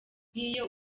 nk’iyo